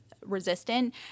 resistant